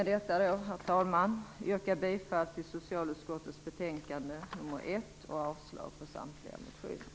Med detta vill jag yrka bifall till hemställan i socialutskottets betänkande nr 1 och avslag på samtliga motioner.